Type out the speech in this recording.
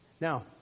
Now